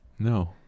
No